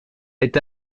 est